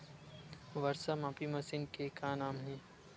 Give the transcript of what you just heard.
वर्षा मापी मशीन के का नाम हे?